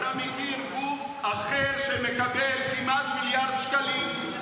אתה מכיר גוף אחר שמקבל כמעט מיליארד שקלים,